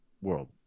world